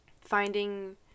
Finding